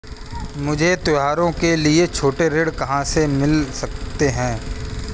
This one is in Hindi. मुझे त्योहारों के लिए छोटे ऋण कहाँ से मिल सकते हैं?